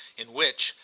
in which,